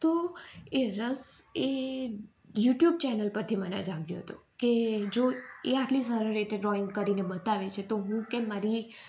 તો એ રસ એ યુટ્યુબ ચેનલ પરથી મને જાગ્યો હતો કે જો એ આટલી સરળ રીતે ડ્રોઈંગ કરીને બતાવે છે તો હું કેમ મારી